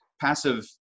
passive